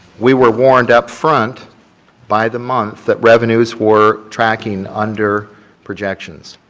we were warned upfront by the month that revenues were tracking under projections.